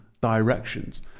directions